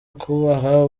ukubaha